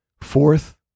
Fourth